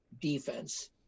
defense